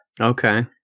Okay